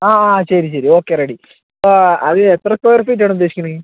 ആ ആ ശരി ശരി ഓക്കെ റെഡി അത് എത്ര സ്ക്വയർ ഫീറ്റാണ് ഉദ്ദേശിക്കുന്നത്